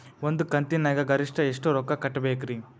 ಒಂದ್ ಕಂತಿನ್ಯಾಗ ಗರಿಷ್ಠ ಎಷ್ಟ ರೊಕ್ಕ ಕಟ್ಟಬೇಕ್ರಿ?